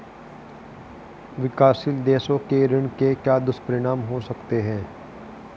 विकासशील देशों के ऋण के क्या दुष्परिणाम हो सकते हैं?